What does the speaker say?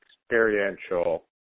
experiential